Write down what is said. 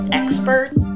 experts